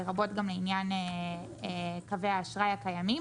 לרבות גם עניין קווי האשראי הקיימים.